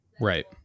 Right